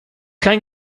kein